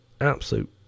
Absolute